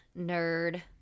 nerd